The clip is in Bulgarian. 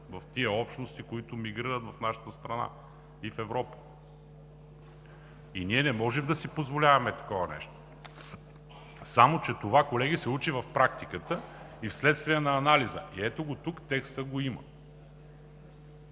– в общностите, които мигрират в нашата страна и в Европа. Ние не можем да си позволяваме такова нещо. Само че това, колеги, се учи в практиката и вследствие на анализа. Ето го тук, текста го има.